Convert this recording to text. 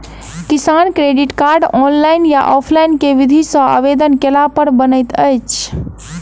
किसान credit card, online या offline केँ विधि सँ आवेदन कैला पर बनैत अछि?